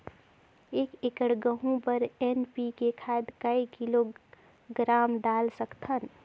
एक एकड़ गहूं बर एन.पी.के खाद काय किलोग्राम डाल सकथन?